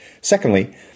Secondly